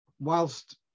whilst